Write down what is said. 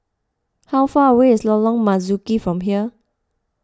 how far away is Lorong Marzuki from here